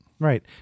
Right